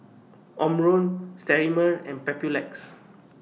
Omron Sterimar and Papulex